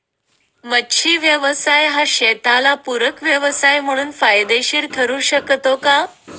मच्छी व्यवसाय हा शेताला पूरक व्यवसाय म्हणून फायदेशीर ठरु शकतो का?